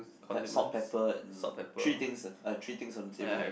pe~ salt pepper and three things ah I have three things on the table